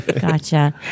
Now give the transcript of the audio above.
Gotcha